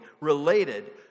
related